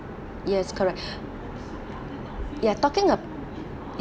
yes correct ya talking a